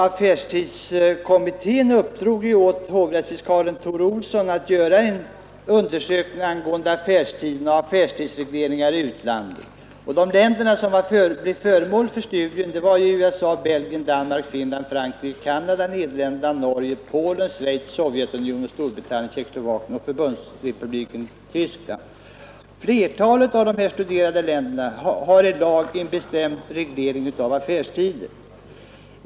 Affärstidskommittén uppdrog ju åt hovrättsfiskalen Tor Olsson att göra en undersökning angående affärstider och affärstidsregleringar i utlandet. De länder som blev föremål för studier var USA, Belgien, Danmark, Finland, Frankrike, Canada, Nederländerna, Norge, Polen, Schweiz, Sovjetunionen, Storbritannien, Tjeckoslovakien och Förbundsrepubliken Tyskland. Flertalet av de studerade länderna har en i lag bestämd reglering av affärstider.